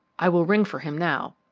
i will ring for him now.